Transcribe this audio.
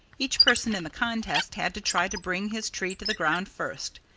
each person in the contest had to try to bring his tree to the ground first.